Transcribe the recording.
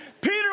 Peter